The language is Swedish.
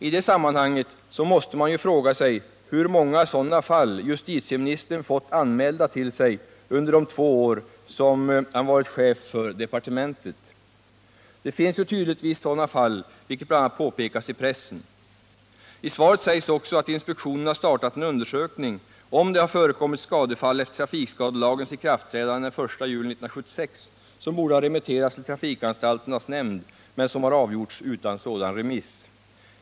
I det sammanhanget måste man ju fråga sig hur många sådana fall justitieministern fått anmälda till sig under de två år som han varit chef för departementet. Det finns tydligtvis sådana fall, vilket bl.a. påpekas i pressen. I svaret sägs också att inspektionen har startat en undersökning av om det efter trafikskadelagens ikraftträdande den 1 juli 1976 har förekommit skadefall, som borde ha remitterats till trafikanstalternas nämnd men som har avgjorts utan sådan remiss.